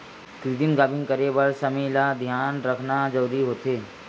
कृतिम गाभिन करे बर समे ल धियान राखना जरूरी होथे